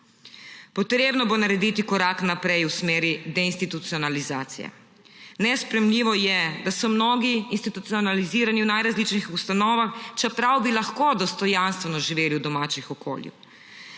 Potrebno bo narediti korak naprej v smeri deinstitucionalizacije. Nesprejemljivo je, da so mnogi institucionalizirani v najrazličnejših ustanovah, čeprav bi lahko dostojanstveno živeli v domačem okolju.